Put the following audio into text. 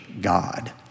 God